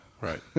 Right